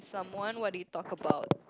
someone what did you talk about